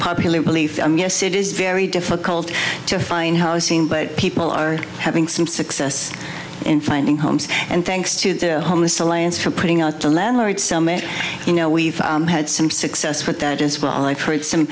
popular belief yes it is very difficult to find housing but people are having some success in finding homes and thanks to the homeless alliance for putting out the landlords you know we've had some success with that as well i've heard